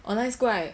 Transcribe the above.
online school right